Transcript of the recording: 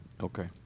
Okay